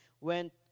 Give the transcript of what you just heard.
went